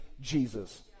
Jesus